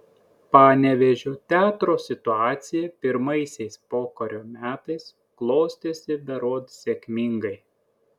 panevėžio teatro situacija pirmaisiais pokario metais klostėsi berods sėkmingai